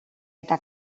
eta